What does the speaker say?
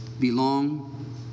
belong